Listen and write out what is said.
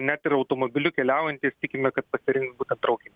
net ir automobiliu keliaujantys tikime kad pasirinks būtent traukinį